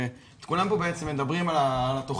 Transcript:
וכולם פה בעצם מדברים על התוכנית,